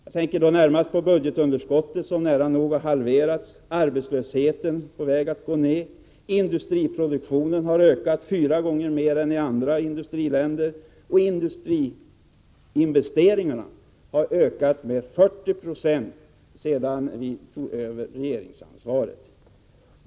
Jag tänker då närmast på budgetunderskottet, som nära nog halverats, arbetslösheten, som är på väg att gå ned, industriproduktionen, som har ökat fyra gånger mer än i andra industriländer, och industriinvesteringarna, som har ökat 40 96 sedan vi tog över regeringsansvaret.